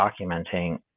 documenting